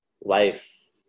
life